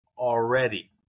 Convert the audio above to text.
Already